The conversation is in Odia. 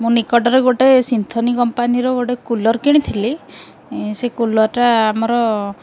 ମୁଁ ନିକଟରେ ଗୋଟେ ସିମ୍ଫୋନୀ କମ୍ପାନୀର ଗୋଟେ କୁଲର୍ କିଣିଥିଲି ସେ କୁଲର୍ଟା ଆମର